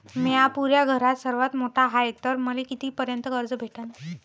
म्या पुऱ्या घरात सर्वांत मोठा हाय तर मले किती पर्यंत कर्ज भेटन?